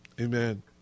Amen